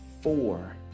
four